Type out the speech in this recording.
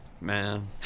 Man